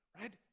right